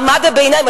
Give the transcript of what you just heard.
מעמד הביניים,